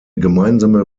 gemeinsame